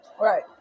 right